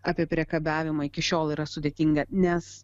apie priekabiavimą iki šiol yra sudėtinga nes